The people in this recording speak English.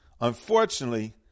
unfortunately